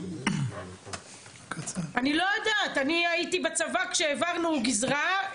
אני הייתי בצבא כשהעברנו גזרה.